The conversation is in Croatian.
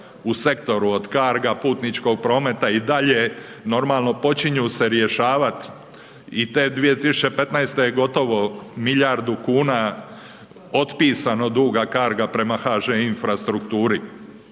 u sektoru od carga, putničkog prometa i dalje, normalno počinju se rješavat, i te 2015. je gotovo milijardu kuna otpisano duga carga prema HŽ infrastrukturi,